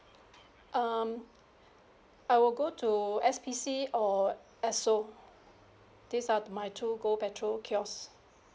um I will go to S_P_C or Esso these are my two go petrol kiosks